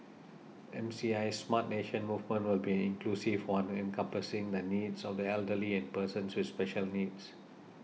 M C I Smart Nation movement will be an inclusive one encompassing the needs of the elderly and persons with special needs